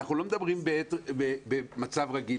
אנחנו לא מדברים על מצב רגיל.